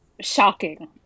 Shocking